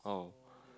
oh